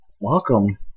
Welcome